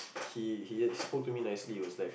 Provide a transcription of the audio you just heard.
he he just he spoke to me nicely was like